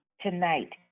tonight